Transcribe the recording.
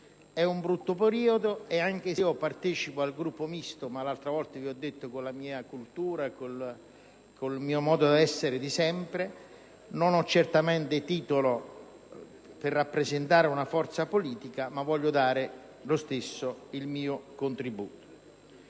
È un brutto periodo. Faccio parte del Gruppo Misto, ma con la mia cultura, con il mio modo di essere di sempre; non ho certamente titolo per rappresentare una forza politica, ma voglio dare lo stesso il mio contributo.